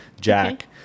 Jack